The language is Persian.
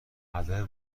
هدف